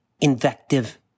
invective